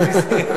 זה ממש מעשה נסים.